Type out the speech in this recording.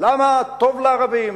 למה טוב לערבים,